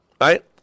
right